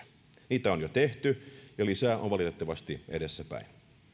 niitä on jo tehty ja lisää on valitettavasti edessäpäin veropuolella